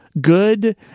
good